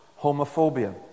homophobia